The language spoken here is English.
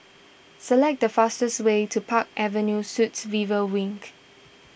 select the fastest way to Park Avenue Suites River Wing